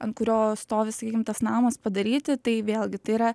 ant kurio stovi sakykim tas namas padaryti tai vėlgi tai yra